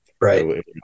right